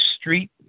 Street